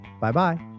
Bye-bye